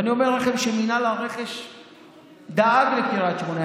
ואני אומר לכם שמינהל הרכש דאג לקריית שמונה.